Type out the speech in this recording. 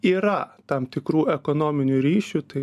yra tam tikrų ekonominių ryšių tai